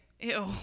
Ew